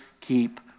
keep